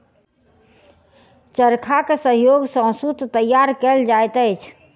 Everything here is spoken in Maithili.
चरखाक सहयोग सॅ सूत तैयार कयल जाइत अछि